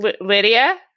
Lydia